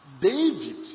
David